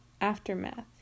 Aftermath